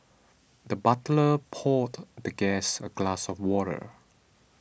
the butler poured the guest a glass of water